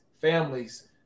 families